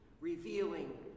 revealing